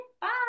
bye